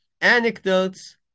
anecdotes